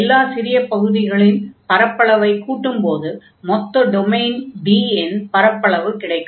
எல்லா சிறிய பகுதிகளின் பர்ப்பளவைக் கூட்டும்போது மொத்த டொமைன் D இன் பரப்பளவு கிடைக்கும்